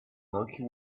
milky